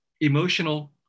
emotional